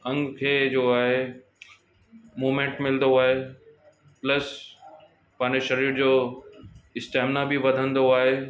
अंग खे जो आहे मुमेंट मिलंदो आहे प्लस पंहिंजे शरीर जो स्टैमिना बि वधंदो आहे